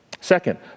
Second